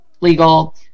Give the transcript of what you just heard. legal